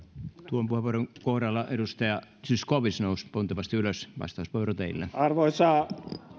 tuon puheenvuoron kohdalla edustaja zyskowicz nousi pontevasti ylös vastauspuheenvuoro teillä arvoisa